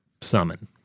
summon